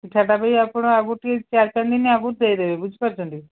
ଚିଠାଟା ବି ଆପଣ ଆଗରୁ ଟିକିଏ ଚାରି ପାଞ୍ଚଦିନ ଆଗରୁ ଦେଇଦେବେ ବୁଝି ପାରୁଛନ୍ତି